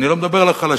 אני לא מדבר על החלשים,